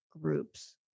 groups